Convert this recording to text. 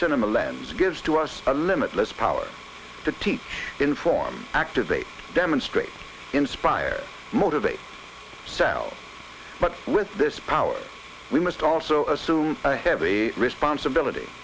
cinema lens gives to us a limitless power to teach inform activate demonstrate inspire motivate self but with this power we must also assume a heavy responsibility